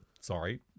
sorry